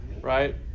right